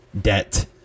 debt